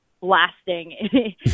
blasting